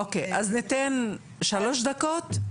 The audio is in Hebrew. אז ניתן שלוש דקות?